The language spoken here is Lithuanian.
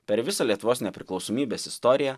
per visą lietuvos nepriklausomybės istoriją